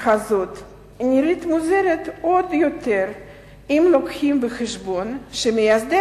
הזאת נראית מוזרה עוד יותר אם לוקחים בחשבון שמייסדי